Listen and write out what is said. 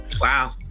Wow